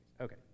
Okay